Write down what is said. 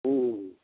ହୁଁ